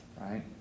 right